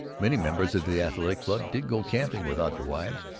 many members of the athletic club did go camping without their wives,